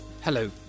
Hello